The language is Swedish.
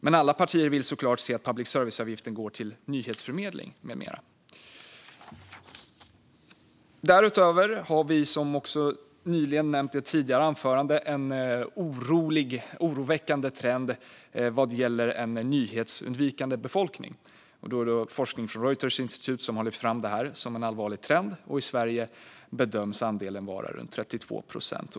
Men alla partier vill såklart se att public service-avgiften går till nyhetsförmedling med mera. Därutöver har vi, som också nämnts i ett tidigare anförande, en oroväckande trend vad gäller en nyhetsundvikande befolkning. Det är forskning från Reuters Institute som har lyft fram det här som en allvarlig trend. I Sverige bedöms andelen vara runt 32 procent.